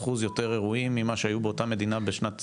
20% יותר אירועים ממה שהיו באותה מדינה בשנת 2021"?